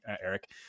Eric